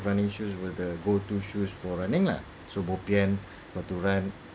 running shoes with the go to shoes for running lah so bo pian to run